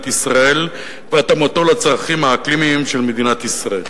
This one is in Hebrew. ישראל ולהתאמתו לצרכים האקלימיים של מדינת ישראל.